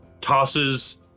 tosses